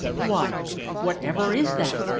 why whatever is that?